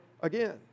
again